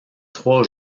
trois